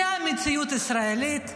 זאת המציאות הישראלית,